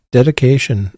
dedication